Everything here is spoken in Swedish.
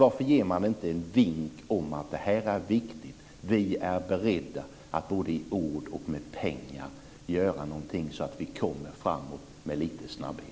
Varför ger man inte en vink om att det här är viktigt och att man är beredd att både i ord och med pengar göra någonting så att man kommer framåt med lite snabbhet?